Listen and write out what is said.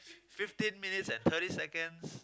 fifteen minutes and thirty seconds